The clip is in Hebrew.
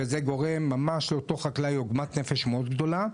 וזה גורם לאותו חקלאי עוגמת נפש מאוד גדולה.